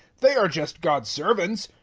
they are just god's servants,